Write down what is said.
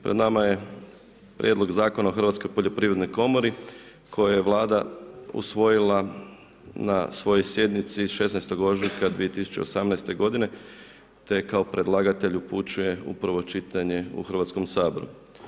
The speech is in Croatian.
Pred nama je Prijedlog Zakona o hrvatskoj poljoprivrednoj komori koju je Vlada usvojila na svojoj sjednici 16. ožujka 2018. godine te kao predlagatelj upućuje u prvo čitanje u Hrvatskom saboru.